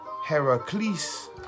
Heracles